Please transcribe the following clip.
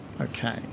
Okay